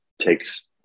takes